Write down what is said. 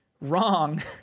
wrong